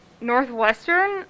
Northwestern